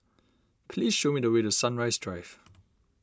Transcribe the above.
please show me the way to Sunrise Drive